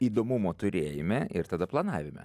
įdomumo turėjime ir tada planavime